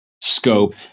scope